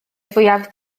fwyaf